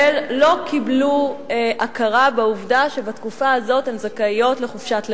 לא קיבלו הכרה בעובדה שבתקופה הזאת הן זכאיות לחופשת לידה.